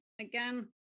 again